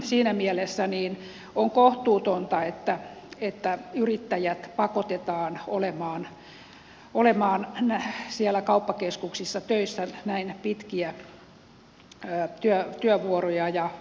siinä mielessä on kohtuutonta että yrittäjät pakotetaan olemaan siellä kauppakeskuksissa töissä näin pitkiä työvuoroja ja vuosia